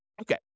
Okay